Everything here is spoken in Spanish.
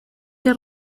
que